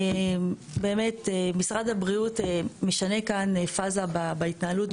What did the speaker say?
באמת משרד הבריאות משנה כאן פאזה בהתנהלות,